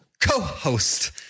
co-host